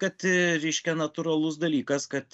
kad reiškia natūralus dalykas kad